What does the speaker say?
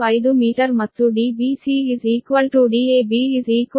995 metre ಮತ್ತು dbc dab 9